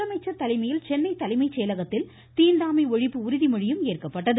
முதலமைச்சர் தலைமையில் சென்னை தலைமைச் செயலகத்தில் தீண்டாமை ஒழிப்பு உறுதிமொழியும் ஏற்கப்பட்டது